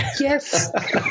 Yes